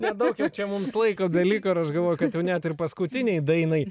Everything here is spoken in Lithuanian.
nedaug jau čia mums laiko beliko ir aš galvoju kad jau net ir paskutinei dainai